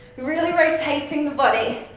really rotating the body.